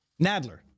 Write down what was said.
nadler